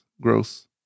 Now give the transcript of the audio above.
gross